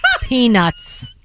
peanuts